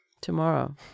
tomorrow